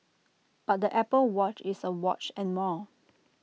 but the Apple watch is A watch and more